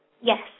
Yes